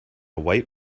white